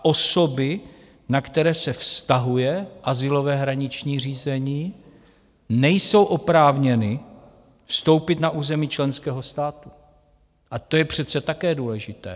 Osoby, na které se vztahuje azylové hraniční řízení, nejsou oprávněny vstoupit na území členského státu, a to je přece také důležité.